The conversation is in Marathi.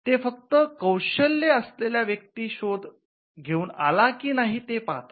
ते फक्त कौशल्य असलेला व्यक्ती शोध घेऊन आला की नाही हे पाहतात